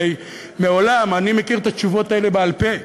הרי אני מכיר את התשובות האלה בעל-פה: